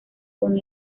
con